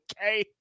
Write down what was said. okay